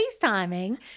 FaceTiming